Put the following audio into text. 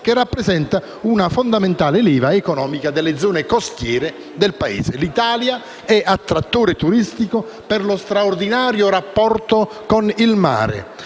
che rappresenta una fondamentale leva economica delle zone costiere del Paese. L'Italia è attrattore turistico per lo straordinario rapporto con il mare,